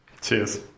Cheers